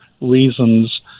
reasons